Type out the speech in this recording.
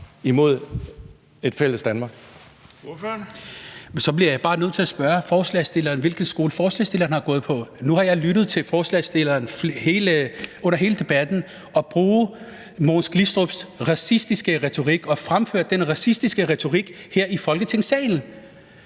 Siddique (UFG): Men så bliver jeg bare nødt til at spørge forslagsstilleren, hvilken skole forslagsstilleren har gået på. Nu har jeg lyttet til forslagsstilleren under hele debatten og hørt ham bruge Mogens Glistrups racistiske retorik og fremføre den racistiske retorik her i Folketingssalen.